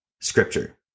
Scripture